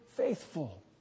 faithful